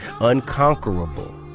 unconquerable